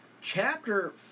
chapter